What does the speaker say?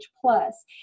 Plus